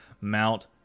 Mount